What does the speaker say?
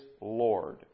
Lord